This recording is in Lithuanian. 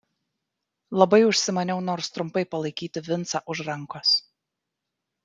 labai užsimaniau nors trumpai palaikyti vincą už rankos